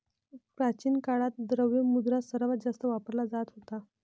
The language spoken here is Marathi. प्राचीन काळात, द्रव्य मुद्रा सर्वात जास्त वापरला जात होता